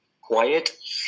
quiet